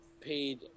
paid